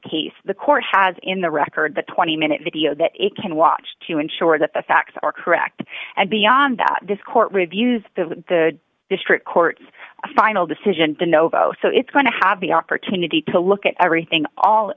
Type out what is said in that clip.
case the court has in the record the twenty minute video that it can watch to ensure that the facts are correct and beyond that this court reviews of the district court's final decision the no vote so it's going to have the opportunity to look at everything all